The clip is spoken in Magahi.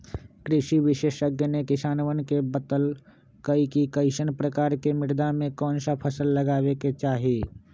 कृषि विशेषज्ञ ने किसानवन के बतल कई कि कईसन प्रकार के मृदा में कौन सा फसल लगावे के चाहि